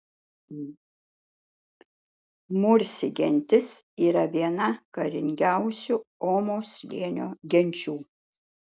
mursi gentis yra viena karingiausių omo slėnio genčių